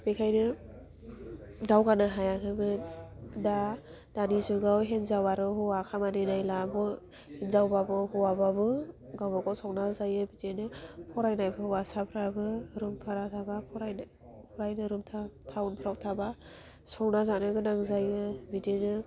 बेखायनो दावगानो हायाखैमोन दा दानि जुगाव हिन्जाव आरो हौवा खामानि नायला हिन्जावबाबो हौवाबाबो गावबागाव संना जायो बिदिनो फरायनाय हौवासाफ्राबो रुम भारा थाबा फरायनो फरायनो रुम था टाउनफ्राव थाबा संना जानो गोनां जायो बिदिनो